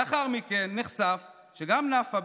לאחר מכן נחשף שגם נפאע,